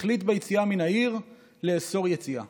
החליט לאסור יציאה